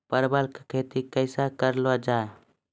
परवल की खेती कैसे किया जाय?